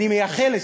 אני מייחל לזה.